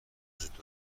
وجود